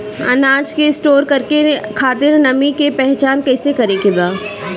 अनाज के स्टोर करके खातिर नमी के पहचान कैसे करेके बा?